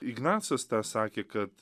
ignacas tą sakė kad